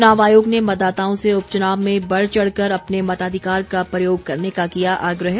चुनाव आयोग ने मतदाताओं से उपचुनाव में बढ़ चढ़ कर अपने मताधिकार का प्रयोग करने का किया आग्रह